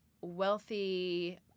wealthy